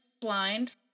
blind